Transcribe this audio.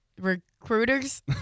Recruiters